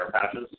patches